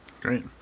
Great